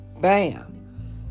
bam